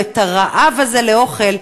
עם הרעב הזה לאוכל.